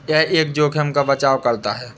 क्या यह जोखिम का बचाओ करता है?